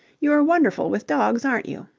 you're wonderful with dogs, aren't you?